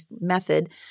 method